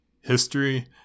history